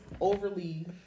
overly